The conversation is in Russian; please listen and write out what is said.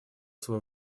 свой